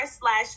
slash